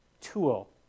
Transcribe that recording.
tool